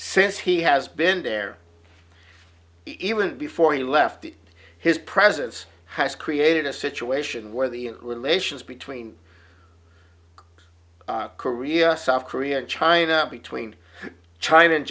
since he has been there even before he left the his presence has created a situation where the it relations between korea south korea and china between china and